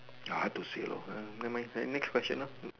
hard to say lor never mind then next question lor hmm